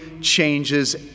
changes